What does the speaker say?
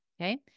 Okay